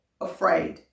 afraid